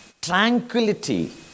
Tranquility